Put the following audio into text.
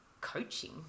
coaching